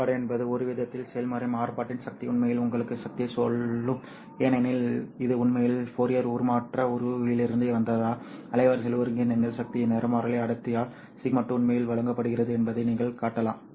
மாறுபாடு என்பது ஒருவிதத்தில் செயல்முறை மாறுபாட்டின் சக்தி உண்மையில் உங்களுக்கு சக்தியைச் சொல்லும் ஏனெனில் இது உண்மையில் ஃபோரியர் உருமாற்ற உறவிலிருந்து வந்ததால் அலைவரிசையில் ஒருங்கிணைந்த சக்தி நிறமாலை அடர்த்தியால் σ2 உண்மையில் வழங்கப்படுகிறது என்பதை நீங்கள் காட்டலாம்